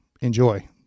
enjoy